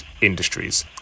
industries